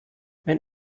wenn